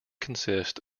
consist